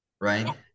right